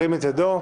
ירים את ידו.